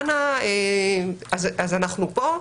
אנחנו פה,